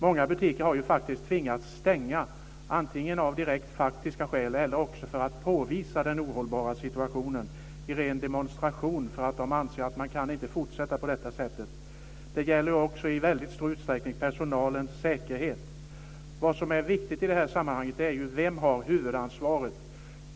Många butiker har faktiskt tvingats stänga, antingen av direkt faktiska skäl eller för att påvisa den ohållbara situationen. De har stängt i ren demonstration för att de anser att man inte kan fortsätta på detta sätt. Det här gäller också i väldigt stor utsträckning personalens säkerhet. Vad som är viktigt i det här sammanhanget är ju vem som har huvudansvaret.